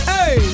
Hey